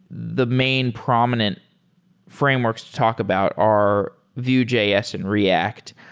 the main prominent frameworks talk about are vue js and react.